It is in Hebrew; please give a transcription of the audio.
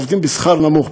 שעובדים בשכר נמוך,